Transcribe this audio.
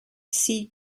sea